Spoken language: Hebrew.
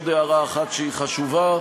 עוד הערה אחת שהיא חשובה,